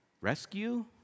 rescue